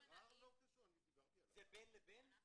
אני דנה ויתקון,